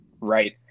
Right